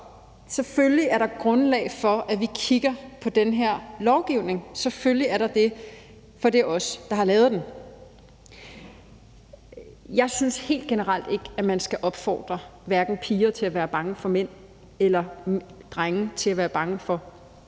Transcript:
Selvfølgelig er der grundlag for, at vi kigger på den her lovgivning – selvfølgelig er der det, for det er os, der har lavet den. Jeg synes helt generelt ikke, at man skal opfordre hverken piger til at være bange for mænd eller drenge til at være bange for kvinder.